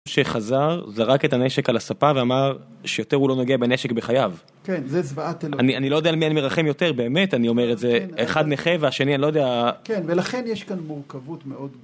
שחזר, זרק את הנשק על הספה ואמר שיותר הוא לא נוגע בנשק בחייו כן, זה זוועת אלוהים. אני לא יודע על מי אני מרחם יותר, באמת, אני אומר את זה אחד נכה והשני, אני לא יודע כן, ולכן יש כאן מורכבות מאוד